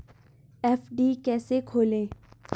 FD कैसे खोलें?